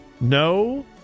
No